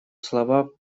слова